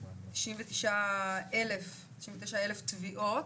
תשעים ותשע אלף תביעות,